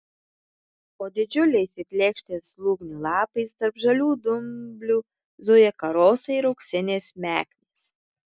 po didžiuliais it lėkštės lūgnių lapais tarp žalių dumblių zuja karosai ir auksinės meknės